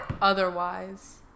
otherwise